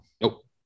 Nope